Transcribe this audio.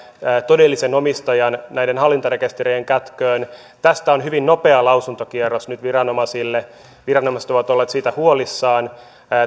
todellisen omistajan näiden hallintarekistereiden kätköön tästä on hyvin nopea lausuntokierros nyt viranomaisille viranomaiset ovat olleet siitä huolissaan